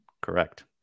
Correct